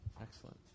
Excellent